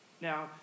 Now